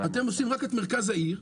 אתם עושים רק את מרכז העיר,